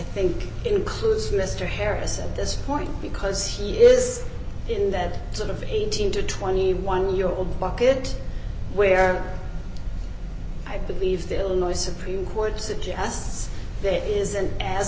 think includes mr harris at this point because he is in that sort of eighteen to twenty one year old bucket where i believe the illinois supreme court suggests that it isn't as